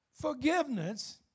Forgiveness